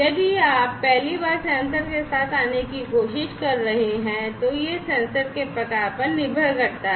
यदि आप पहली बार सेंसर के साथ आने की कोशिश कर रहे हैं तो यह सेंसर के प्रकार पर निर्भर करता है